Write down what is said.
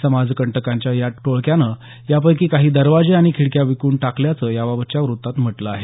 समाजकंटकांच्या या टोळक्यानं या पैकी काही दरवाजे आणि खिडक्या विकून टाकल्याचं याबाबतच्या वृत्तात म्हटलं आहे